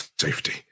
safety